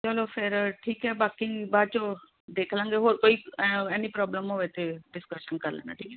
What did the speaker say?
ਚਲੋ ਫਿਰ ਠੀਕ ਹੈ ਬਾਕੀ ਬਾਆਦ 'ਚੋਂ ਦੇਖ ਲਾਂਗੇ ਹੋਰ ਕੋਈ ਐ ਐਨੀ ਪ੍ਰੋਬਲਮ ਹੋਵੇ ਤਾਂ ਡਿਸਕਸ਼ਨ ਕਰ ਲੈਣਾ ਠੀਕ ਹੈ